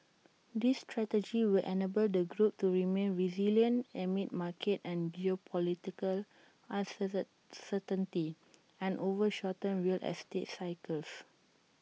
this strategy will enable the group to remain resilient amid market and geopolitical uncertain uncertainty and over shortened real estate cycles